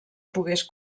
pogués